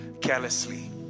carelessly